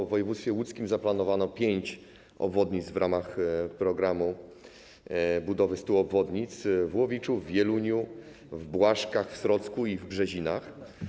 W województwie łódzkim zaplanowano pięć obwodnic w ramach programu budowy 100 obwodnic: w Łowiczu, Wieluniu, Błaszkach, Srocku i Brzezinach.